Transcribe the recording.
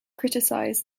criticized